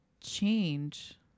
change